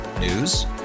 News